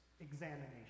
examination